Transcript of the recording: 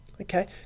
Okay